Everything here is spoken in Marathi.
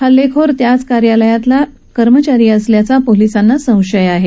हल्लेखोर त्याच कार्यालयातला कायम कर्मचारी असल्याचा पोलीसांना संशय आहे